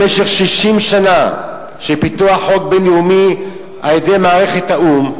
במשך 60 שנה של פיתוח חוק בין-לאומי על-ידי מערכת האו"ם,